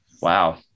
Wow